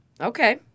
Okay